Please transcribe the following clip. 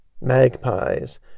Magpies